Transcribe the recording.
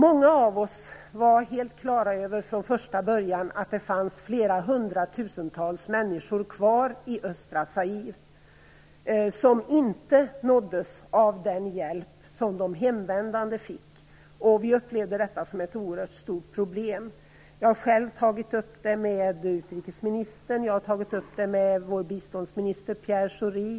Många av oss var från första början helt klara över att det fanns flera hundratusentals människor kvar i östra Zaire som inte nåddes av den hjälp som de hemvändande fick. Vi upplevde detta som ett oerhört stort problem. Jag har själv tagit upp saken med utrikesministern och med vår biståndsminister Pierre Schori.